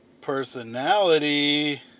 personality